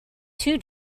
two